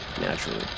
naturally